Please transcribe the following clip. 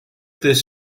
this